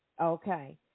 Okay